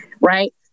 right